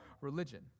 religion